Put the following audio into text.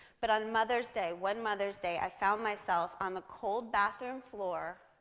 but on mother's day, one mother's day, i found myself on the cold bathroom floor,